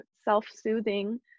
self-soothing